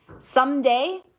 Someday